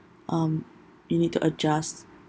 um you need to adjust